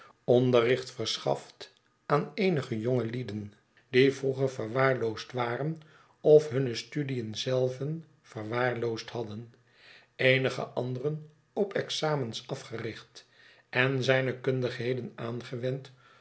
onderricht verschaft aan eenige jongelieden die vroeger verwaarloosd waren of hunne studien zelven verwaarloosd hadden eenige anderen op examens afgericht en zijne kundigheden aangewend